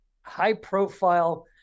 high-profile